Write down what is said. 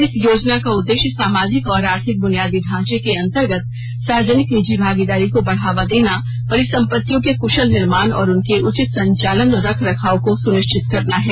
इस योजना का उद्देश्य सामाजिक और आर्थिक बुनियादी ढांचे के अंतर्गत सार्वजनिक निजी भागीदारी को बढ़ावा देना परिसंपत्तियों के क्शल निर्माण और उनके उचित संचालन और रख रखाव को सुनिश्चित करना है